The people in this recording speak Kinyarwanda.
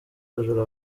abajura